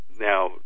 now